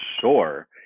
sure